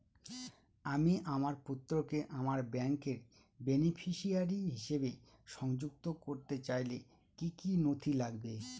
আমি আমার পুত্রকে আমার ব্যাংকের বেনিফিসিয়ারি হিসেবে সংযুক্ত করতে চাইলে কি কী নথি লাগবে?